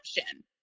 option